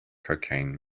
cocaine